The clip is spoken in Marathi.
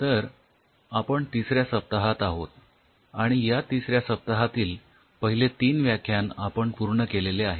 तर आपण तिसऱ्या सप्ताहात आहोत आणि या तिसऱ्या सप्ताहातील पहिले तीन व्याख्यान आपण पूर्ण केलेले आहेत